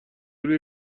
روی